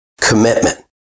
commitment